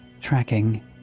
tracking